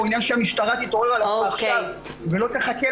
הוא עניין שהמשטרה תתעורר על עצמה עכשיו ולא תחכה,